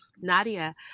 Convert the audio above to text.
Nadia